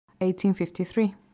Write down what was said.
1853